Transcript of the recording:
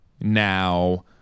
now